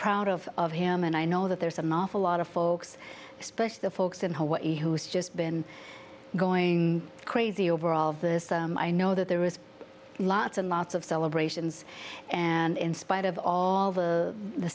proud of him and i know that there's an awful lot of folks especially the folks in hawaii who's just been going crazy over all of this i know that there is lots and lots of celebrations and in spite of all the the